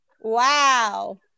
Wow